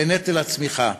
בנטל הצמיחה.